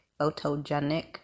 Photogenic